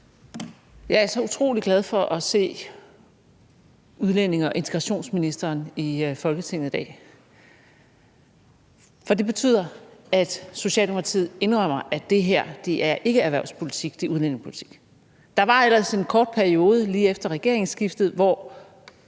Jeg er utrolig glad for at se udlændinge- og integrationsministeren i Folketingssalen i dag. For det betyder, at Socialdemokratiet indrømmer, at det her er ikke erhvervspolitik, det er udlændingepolitik. Der var ellers en kort periode lige efter regeringsskiftet, hvor